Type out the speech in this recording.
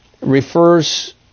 refers